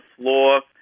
floor